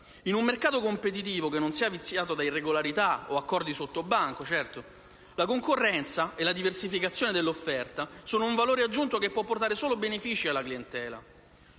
In un mercato competitivo che - certo - non sia viziato da irregolarità o accordi sottobanco, la concorrenza e la diversificazione dell'offerta sono un valore aggiunto che può portare solo benefici alla clientela.